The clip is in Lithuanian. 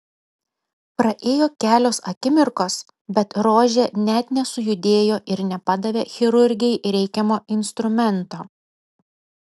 praėjo kelios akimirkos bet rožė net nesujudėjo ir nepadavė chirurgei reikiamo instrumento